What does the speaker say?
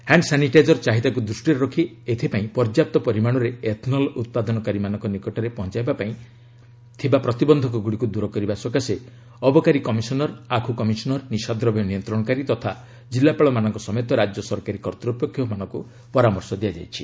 hand sanitiser ଚାହିଦାକୁ ଦୃଷ୍ଟିରେ ରଖି ଏଥିପାଇଁ ପର୍ଯ୍ୟାପ୍ତ ପରିମାଣରେ ଏଥନଲ ଉତ୍ପାଦନକାରୀମାନଙ୍କ ନିକଟରେ ପହଞ୍ଚାଇବା ଲାଗି ଥିବା ପ୍ରତିବନ୍ଧକଗୁଡ଼ିକୁ ଦୂର କରିବା ସକାଶେ ଅବକାରୀ କମିଶନର ଆଖୁ କମିଶନର ନିଶାଦ୍ରବ୍ୟ ନିୟନ୍ତ୍ରଣକାରୀ ତଥା କିଲ୍ଲାପାଳମାନଙ୍କ ସମେତ ରାଜ୍ୟ ସରକାରୀ କର୍ତ୍ତୃପକ୍ଷମାନଙ୍କୁ ପରାମର୍ଶ ଦିଆଯାଇଛି